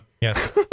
Yes